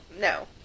no